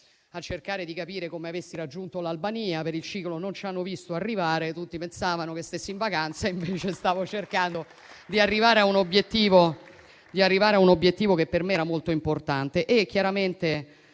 a cercare di capire come avessi raggiunto l'Albania, per il ciclo "non ci hanno visto arrivare": tutti pensavano che stessi in vacanza e, invece, stavo cercando di arrivare a un obiettivo che per me era molto importante.